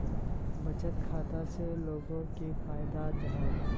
बचत खाता से लोगोक की फायदा जाहा?